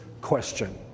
question